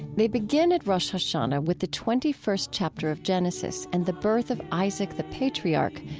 they begin at rosh hashanah with the twenty first chapter of genesis and the birth of isaac the patriarch,